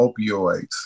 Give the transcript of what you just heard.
opioids